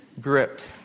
gripped